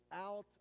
out